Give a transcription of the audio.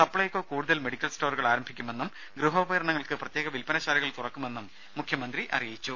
സപ്പൈകോ കൂടുതൽ മെഡിക്കൽ സ്റ്റോറുകൾ ആരംഭിക്കുമെന്നും ഗൃഹോപകരണങ്ങൾക്ക് പ്രത്യേക വിൽപ്പന ശാലകൾ തുറക്കുമെന്നും മുഖ്യമന്ത്രി പറഞ്ഞു